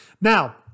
Now